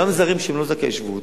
גם זרים שהם לא זכאי שבות,